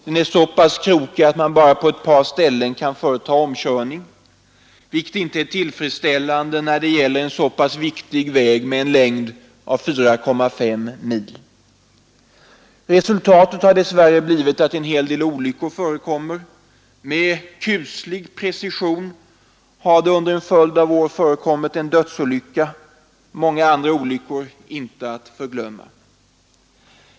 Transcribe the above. Den är så pass krokig att man endast på ett par ställen kan företa omkörning, vilket inte är tillfredsställande när det gäller en så pass viktig väg med en längd av 4,5 mil. Resultatet har dess värre blivit att en hel del olyckor förekommer. Med kuslig precision har det under en följd av år förekommit en dödsolycka, många andra olyckor inte att förglömma.